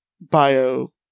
bio